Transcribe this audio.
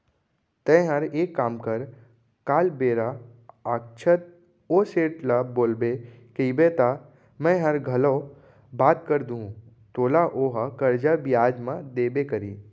तैंहर एक काम कर काल बेरा आछत ओ सेठ ल बोलबे कइबे त मैंहर घलौ बात कर दूहूं तोला ओहा करजा बियाज म देबे करही